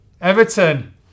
Everton